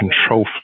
control